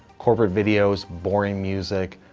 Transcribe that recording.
corporate videos, boring music,